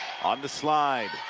on the slide,